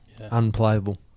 Unplayable